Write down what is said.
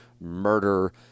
murder